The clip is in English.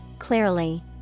Clearly